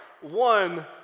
one